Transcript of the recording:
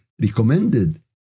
recommended